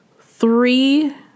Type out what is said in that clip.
three